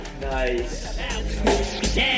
Nice